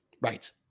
Right